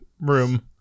room